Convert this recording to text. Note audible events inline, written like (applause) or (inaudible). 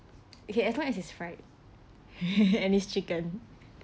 if it's as long it's fried (laughs) and it's chicken